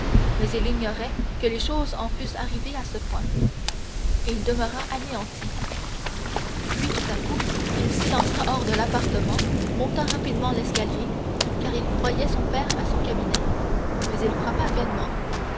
mais il ignorait que les choses en fussent arrivées à ce point il demeura anéanti puis tout à coup il s'élança hors de l'appartement monta rapidement l'escalier car il croyait son père à son cabinet mais il frappa vainement